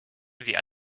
wie